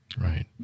right